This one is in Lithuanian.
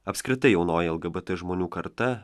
apskritai jaunoji lgbt žmonių karta